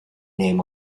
name